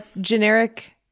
generic